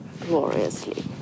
gloriously